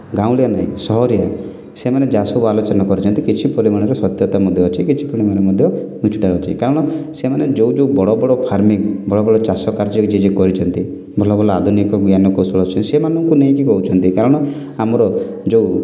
ଗାଉଁଲିଆ ନାଇଁ ସହରିଆ ସେମାନେ ଯାହା ସବୁ ଆଲୋଚନା କରୁଛନ୍ତି କିଛି ପରିମାଣରେ ସତ୍ୟତା କିଛି ପରିମାଣରେ ମଧ୍ୟ ମିଛଟା ଅଛି କାରଣ ସେମାନେ ଯେଉଁ ଯେଉଁ ବଡ଼ ବଡ଼ ଫାର୍ମିଙ୍ଗ୍ ବଡ଼ ବଡ଼ ଚାଷକାର୍ଯ୍ୟ ହୋଇଛି ଯେ କରିଛନ୍ତି ଭଲ ଭଲ ଆଧୁନିକ ଜ୍ଞାନ କୌଶଳ ଅଛି ସେମାନଙ୍କୁ ନେଇକି କହୁଛନ୍ତି କାରଣ ଆମର ଯେଉଁ